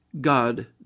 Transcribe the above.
God